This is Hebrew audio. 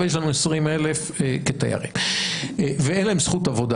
אבל יש לנו 20,000 כתיירים ואין להם זכות עבודה,